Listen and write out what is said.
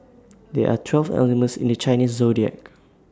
there are twelve animals in the Chinese Zodiac